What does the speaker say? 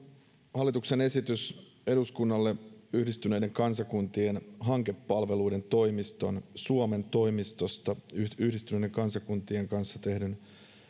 hallituksen esitys eduskunnalle yhdistyneiden kansakuntien hankepalveluiden toimiston suomen toimistosta yhdistyneiden kansakuntien kanssa tehdyn